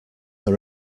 are